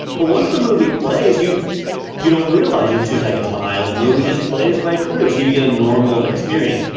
but once the movie plays, you you don't realize you're two seconds behind and the movie just plays right through, so you you get a normal experience.